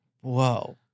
Whoa